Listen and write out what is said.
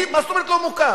מה זאת אומרת לא מוכר?